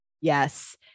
Yes